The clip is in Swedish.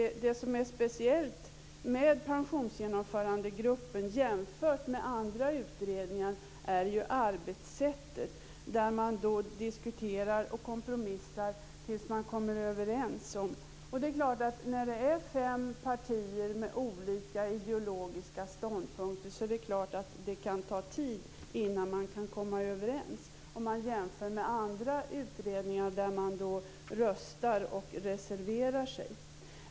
Det som är speciellt med Pensionsgenomförandegruppen jämfört med andra utredningar är arbetssättet. Man diskuterar och kompromissar tills man kommer överens. När det är fråga om fem partier med olika ideologiska ståndpunkter kan det självklart ta tid innan man kan komma överens; detta alltså jämfört med andra utredningar där man röstar och reserverar sig.